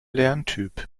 lerntyp